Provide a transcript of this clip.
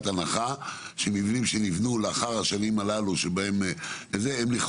הנחה שמבנים שנבנו אחרי השנה הזאת הם כן,